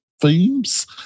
Themes